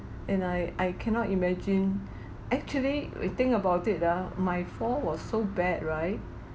and I I cannot imagine actually we think about it ah my fall was so bad right